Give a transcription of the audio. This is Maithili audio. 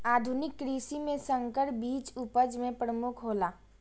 आधुनिक कृषि में संकर बीज उपज में प्रमुख हौला